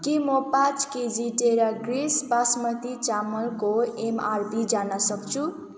के म पाँच केजी टेरा ग्रिस बासमती चामलको एमआरपी जान्नसक्छु